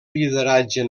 lideratge